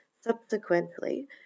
Subsequently